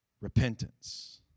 repentance